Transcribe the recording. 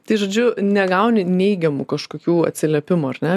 tai žodžiu negauni neigiamų kažkokių atsiliepimų ar ne